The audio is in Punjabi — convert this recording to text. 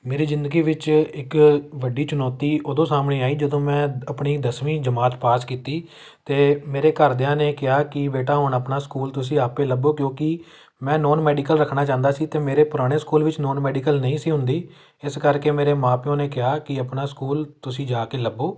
ਮੇਰੀ ਜ਼ਿੰਦਗੀ ਵਿੱਚ ਇੱਕ ਵੱਡੀ ਚੁਣੌਤੀ ਉਦੋਂ ਸਾਹਮਣੇ ਆਈ ਜਦੋਂ ਮੈਂ ਆਪਣੀ ਦਸਵੀਂ ਜਮਾਤ ਪਾਸ ਕੀਤੀ ਅਤੇ ਮੇਰੇ ਘਰਦਿਆਂ ਨੇ ਕਿਹਾ ਕਿ ਬੇਟਾ ਹੁਣ ਆਪਣਾ ਸਕੂਲ ਤੁਸੀਂ ਆਪੇ ਲੱਭੋ ਕਿਉਂਕਿ ਮੈਂ ਨੋਨ ਮੈਡੀਕਲ ਰੱਖਣਾ ਚਾਹੁੰਦਾ ਸੀ ਅਤੇ ਮੇਰੇ ਪੁਰਾਣੇ ਸਕੂਲ ਵਿੱਚ ਨੋਨ ਮੈਡੀਕਲ ਨਹੀਂ ਸੀ ਹੁੰਦੀ ਇਸ ਕਰਕੇ ਮੇਰੇ ਮਾਂ ਪਿਓ ਨੇ ਕਿਹਾ ਕਿ ਆਪਣਾ ਸਕੂਲ ਤੁਸੀਂ ਜਾ ਕੇ ਲੱਭੋ